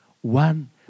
one